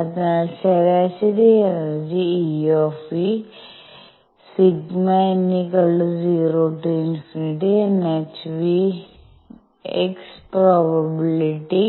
അതിനാൽ ശരാശരി energy Eν ∑∞ₙ₌₀nhv x probability